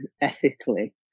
ethically